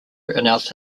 announced